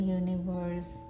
universe